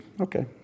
okay